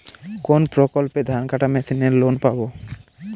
কোন প্রকল্পে ধানকাটা মেশিনের লোন পাব?